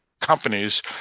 companies –